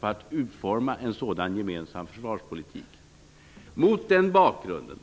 på att utforma en sådan gemensam försvarspolitik. Mot denna bakgrund har